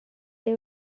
they